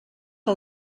que